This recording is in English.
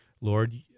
Lord